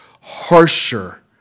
harsher